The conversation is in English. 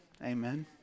Amen